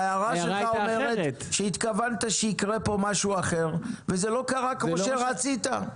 ההערה שלך אומרת שהתכוונת שיקרה פה משהו אחר וזה לא קרה כמו שרצית.